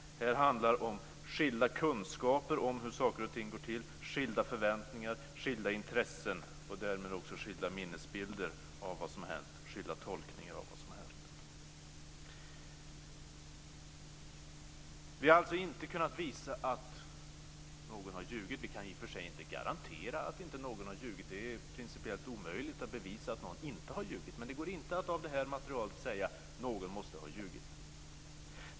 Det handlar om skilda kunskaper om hur saker och ting går till, skilda förväntningar, skilda intressen och därmed också skilda minnesbilder och skilda tolkningar av vad som har hänt. Vi har alltså inte kunnat visa att någon har ljugit. Vi kan i och för sig inte garantera att inte någon har ljugit. Det är principiellt omöjligt att bevisa att någon inte har ljugit. Men det går inte att av det här materialet säga att någon måste ha ljugit.